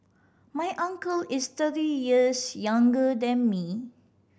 my uncle is thirty years younger than me